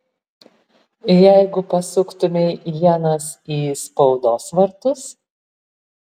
jeigu pasuktumei ienas į spaudos vartus